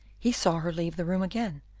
he saw her leave the room again,